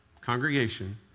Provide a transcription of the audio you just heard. congregation